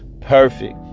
Perfect